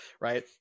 right